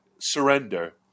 Surrender